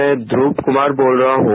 मैं ध्रव कुमार बोल रहा हूं